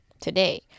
today